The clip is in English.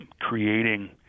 creating